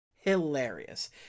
hilarious